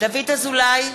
דוד אזולאי,